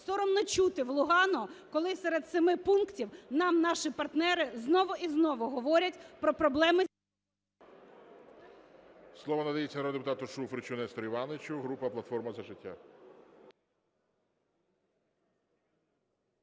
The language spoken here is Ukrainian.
Соромно чути в Лугано, коли серед семи пунктів нам наші партнери знову і знову говорять про проблеми… ГОЛОВУЮЧИЙ.